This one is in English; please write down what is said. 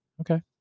Okay